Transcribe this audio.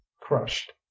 crushed